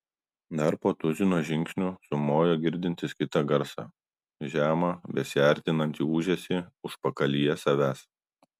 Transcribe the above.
dar po tuzino žingsnių sumojo girdintis kitą garsą žemą besiartinantį ūžesį užpakalyje savęs